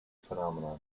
phenomenon